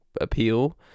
appeal